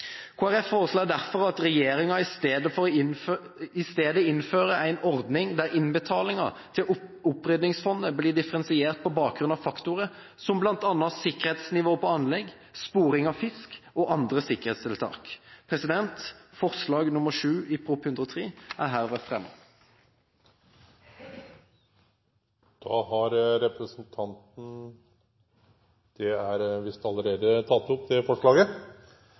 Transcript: Folkeparti foreslår derfor at regjeringen i stedet innfører en ordning der innbetalinger til opprydningsfondet blir differensiert på bakgrunn av faktorer som bl.a. sikkerhetsnivå på anlegg, sporing av fisk og andre sikkerhetstiltak. Gjennom sjømatmeldingen som vi nå behandler, viser regjeringen at den er opptatt av å styrke Norges allerede sterke posisjon som sjømatnasjon på det